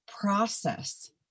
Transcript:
process